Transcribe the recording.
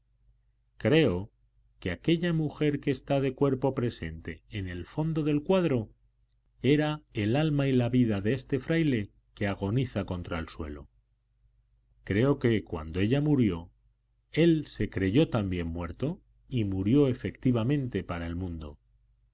creo que aquella mujer que está de cuerpo presente en el fondo del cuadro era el alma y la vida de este fraile que agoniza contra el suelo creo que cuando ella murió él se creyó también muerto y murió efectivamente para el mundo